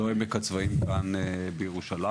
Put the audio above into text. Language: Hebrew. לא עמק הצבאים כאן בירושלים.